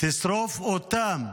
תשרוף אותם,